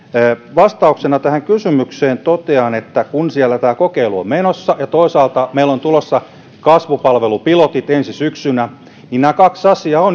vastauksena tähän kysymykseen totean että kun siellä tämä kokeilu on menossa ja toisaalta meillä on tulossa kasvupalvelupilotit ensi syksynä niin nämä kaksi asiaa ovat